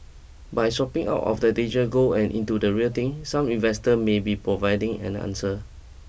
by swapping out of digital gold and into the real thing some investor may be providing an answer